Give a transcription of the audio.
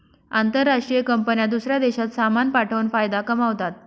आंतरराष्ट्रीय कंपन्या दूसऱ्या देशात सामान पाठवून फायदा कमावतात